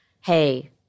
hey